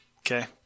Okay